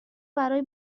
برای